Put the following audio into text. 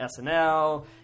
SNL